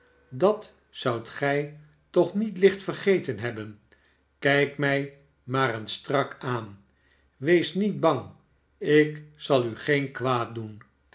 dat zoudt gij toch niet licht vergeten hebben kijk mij maar eens strak aan wees niet bang ik zal u geen kwaad doen